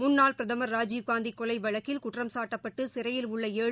முன்னாள் பிரதமர் ராஜீவ்காந்தி கொலை வழக்கில் குற்றம்சாட்டப்பட்டு சிறையில் உள்ள ஏழு